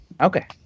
Okay